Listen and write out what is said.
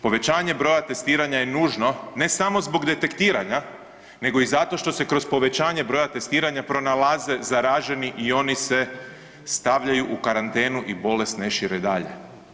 Povećanje broja testiranja je nužno ne samo zbog detektiranja nego i zato što se kroz povećanje broja testiranja pronalaze zaraženi i oni se stavljaju u karantenu i bolest ne šire dalje.